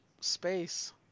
space